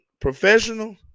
professional